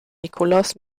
nikolaus